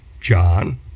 John